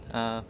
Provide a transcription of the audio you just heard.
uh